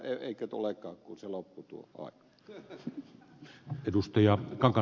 eikä tulekaan kun se loppui tuo aika